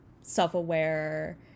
self-aware